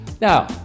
Now